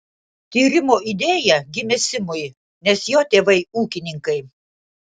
tyrimo idėja gimė simui nes jo tėvai ūkininkai